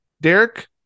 derek